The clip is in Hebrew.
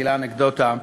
המילה אנקדוטה,